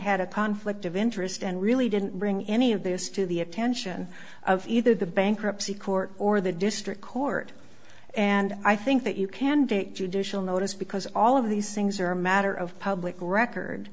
had a conflict of interest and really didn't bring any of this to the attention of either the bankruptcy court or the district court and i think that you can date judicial notice because all of these things are a matter of public record